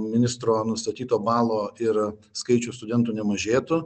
ministro nustatyto balo yra skaičius studentų nemažėtų